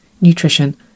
nutrition